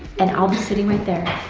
and i'll be sitting right there,